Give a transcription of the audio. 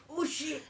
oh shit